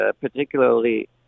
particularly